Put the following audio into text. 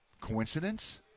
Coincidence